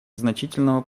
значительного